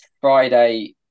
Friday